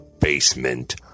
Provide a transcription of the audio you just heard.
basement